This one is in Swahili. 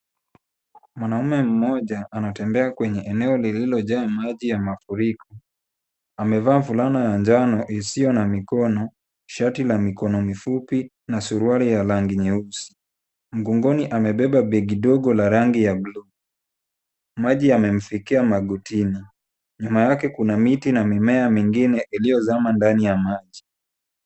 Mwanaume mmoja anatembea kwenye eneo lililojaa maji ya mafuriko amevaa fulana ya njano isiyo na mikono, shati la mikono mifupi na suruali ya rangi nyeusi. Mgongoni amebeba begi dogo la rangi ya bluu. Maji yamemfikia magotini nyuma yake kuna miti na mimea mingine iliyozama ndani ya maji.